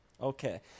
Okay